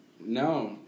No